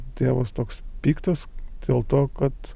tėvas toks piktas dėl to kad